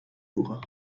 voegen